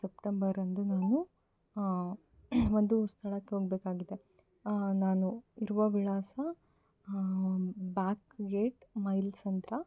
ಸಪ್ಟೆಂಬರಂದು ನಾನು ಒಂದು ಸ್ಥಳಕ್ಕೆ ಹೋಗಬೇಕಾಗಿದೆ ನಾನು ಇರುವ ವಿಳಾಸ ಬ್ಯಾಕ್ ಗೇಟ್ ಮೈಲಸಂದ್ರ